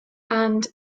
and